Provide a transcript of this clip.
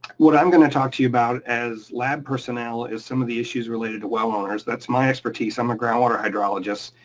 what i'm gonna talk to you about as lab personnel is some of the issues related to well owners, that's my expertise. i'm a groundwater hydrologist.